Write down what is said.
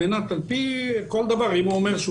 אם הוא אומר שהוא